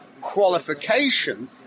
qualification